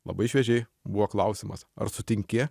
labai šviežiai buvo klausimas ar sutinki